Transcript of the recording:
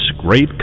great